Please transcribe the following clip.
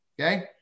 Okay